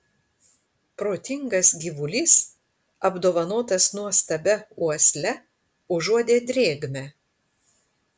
protingas gyvulys apdovanotas nuostabia uosle užuodė drėgmę